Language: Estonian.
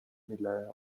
mille